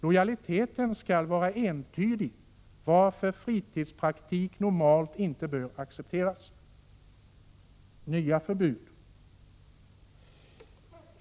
Lojaliteten skall vara entydig varför fritidspraktik normalt inte bör accepteras.” Nya förbud!